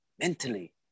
mentally